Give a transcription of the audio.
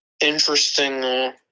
interesting